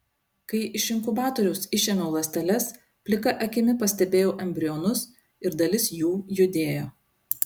kai iš inkubatoriaus išėmiau ląsteles plika akimi pastebėjau embrionus ir dalis jų judėjo